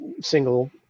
single